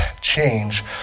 change